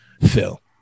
Phil